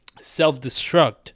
self-destruct